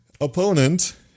opponent